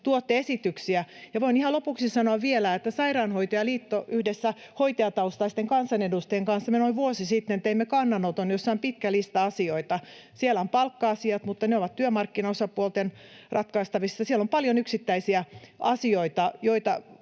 tuotte esityksiä. Ja voin ihan lopuksi sanoa vielä, että me — Sairaanhoitajaliitto yhdessä hoitajataustaisten kansanedustajien kanssa — teimme noin vuosi sitten kannanoton, jossa on pitkä lista asioita. Siellä on palkka-asiat, mutta ne ovat työmarkkinaosapuolten ratkaistavissa, ja siellä on paljon yksittäisiä asioita, joita